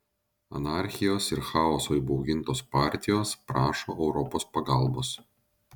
anarchijos ir chaoso įbaugintos partijos prašo europos pagalbos